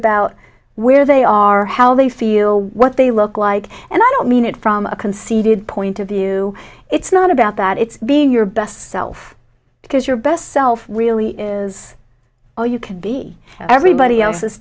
about where they are how they feel what they look like and i don't mean it from a conceited point of view it's not about that it's being your best self because your best self really is all you can be everybody else